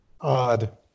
Odd